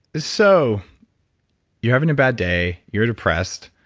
so you're having a bad day, you're depressed,